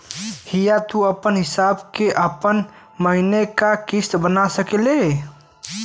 हिंया तू आपन हिसाब से आपन महीने का किस्त बना सकेल